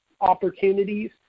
opportunities